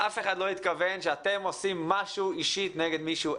אף אחד לא התכוון שאתם עושים משהו אישית נגד מישהו.